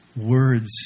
words